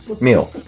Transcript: meal